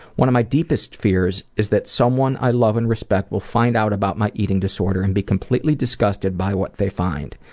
one of my deepest fears is that someone i love and respect will find out about my eating disorder and be completely disgusted by what they find.